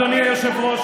אדוני היושב-ראש,